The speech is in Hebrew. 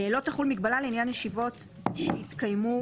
"לא תחול מגבלה לעניין ישיבות שהתקיימו